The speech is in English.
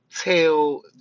tell